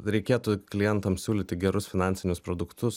reikėtų klientam siūlyti gerus finansinius produktus